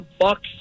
bucks